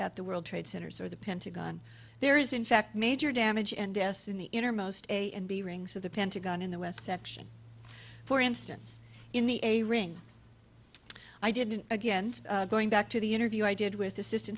at the world trade centers or the pentagon there is in fact major damage and deaths in the innermost a and b rings of the pentagon in the west section for instance in the a ring i didn't again going back to the interview i did with